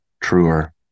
truer